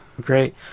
Great